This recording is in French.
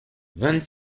vingt